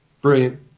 Brilliant